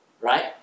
Right